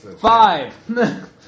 Five